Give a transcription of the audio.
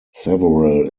several